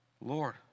Lord